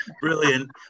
Brilliant